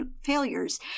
failures